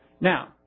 Now